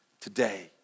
today